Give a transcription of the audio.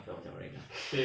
不要讲 rank ah